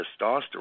testosterone